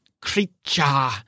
creature